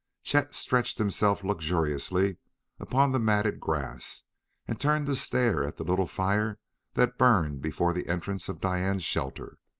chet stretched himself luxuriously upon the matted grass and turned to stare at the little fire that burned before the entrance of diane's shelter.